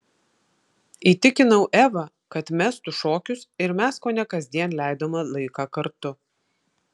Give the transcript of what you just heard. įtikinau evą kad mestų šokius ir mes kone kasdien leidome laiką kartu